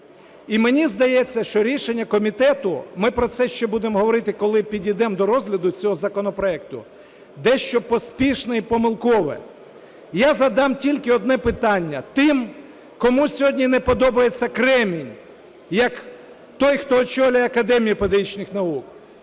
І мені здається, що рішення комітету (ми про це ще будемо говорити, коли підійдемо до розгляду цього законопроекту) дещо поспішне й помилкове. Я задам тільки одне питання тим, кому сьогодні не подобається Кремень як той, хто очолює Академію педагогічних наук,